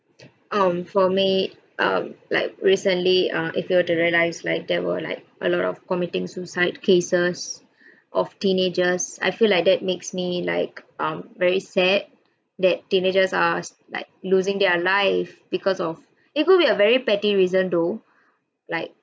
um for me um like recently uh if you were to realise like there were like a lot of committing suicide cases of teenagers I feel like that makes me like um very sad that teenagers are like losing their life because of it could be a very petty reason though like